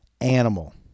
animal